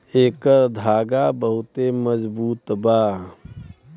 एकर धागा बहुते मजबूत बा